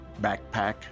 backpack